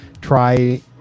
try